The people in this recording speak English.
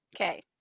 Okay